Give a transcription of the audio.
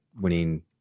winning